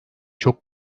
çok